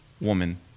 woman